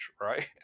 right